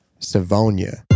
Savonia